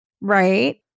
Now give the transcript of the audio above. right